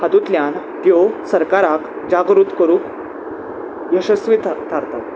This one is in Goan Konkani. हातूंतल्यान त्यो सरकाराक जागृत करूंक यशस्वी थारतात